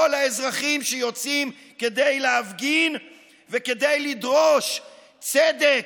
כל האזרחים שיוצאים כדי להפגין וכדי לדרוש צדק,